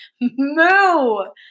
No